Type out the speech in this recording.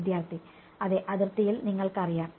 വിദ്യാർത്ഥി അതെ അതിർത്തിയിൽ നിങ്ങൾക്കറിയാം